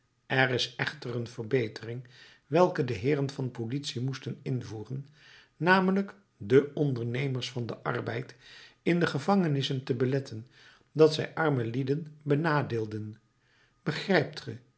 er is echter een verbetering welke de heeren van de politie moesten invoeren namelijk de ondernemers van den arbeid in de gevangenissen te beletten dat zij arme lieden benadeelden begrijpt